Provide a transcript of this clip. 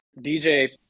DJ